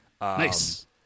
nice